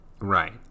right